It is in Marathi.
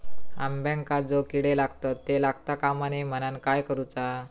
अंब्यांका जो किडे लागतत ते लागता कमा नये म्हनाण काय करूचा?